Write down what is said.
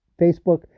Facebook